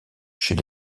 chez